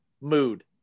Mood